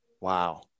wow